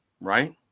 right